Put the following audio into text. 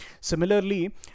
Similarly